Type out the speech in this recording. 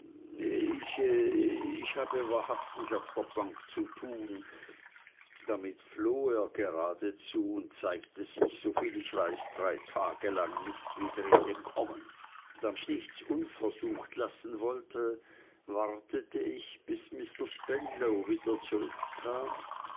ich ich habe wahrhaftig auf der bank zu tun damit floh er geradezu und zeigte sich soviel ich weiß drei tage lang nicht wieder in den commons da ich nichts unversucht lassen wollte wartete ich bis mr spenlow wieder zurückkam